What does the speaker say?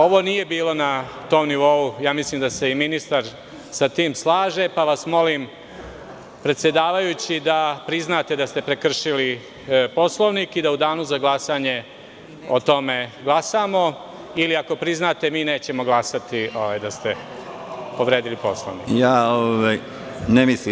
Ovo nije bilo na tom nivou, mislim da se i ministar sa tim slaže, pa vas molim, predsedavajući, da priznate da ste prekršili Poslovnik i da u danu za glasanje o tome glasamo ili, ako priznate, mi nećemo glasati da ste povredili Poslovnik.